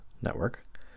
Network